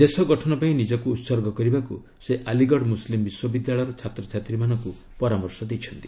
ଦେଶ ଗଠନ ପାଇଁ ନିଜକୁ ଉତ୍ପର୍ଗ କରିବାକୁ ସେ ଆଲିଗଡ ମୁସ୍ଲିମ୍ ବିଶ୍ୱବିଦ୍ୟାଳୟର ଛାତ୍ରଛାତ୍ରୀମାନଙ୍କୁ ପରାମର୍ଶ ଦେଇଛନ୍ତି